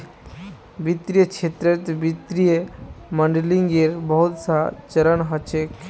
वित्तीय क्षेत्रत वित्तीय मॉडलिंगेर बहुत स चरण ह छेक